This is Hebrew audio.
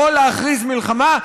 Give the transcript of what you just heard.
יכול להכריז מלחמה,